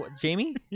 Jamie